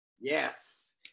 yes